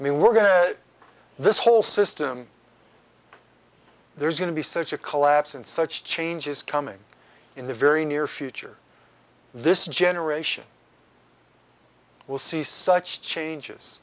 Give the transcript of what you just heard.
i mean we're going to this whole system there's going to be such a collapse in such changes coming in the very near future this generation will see such changes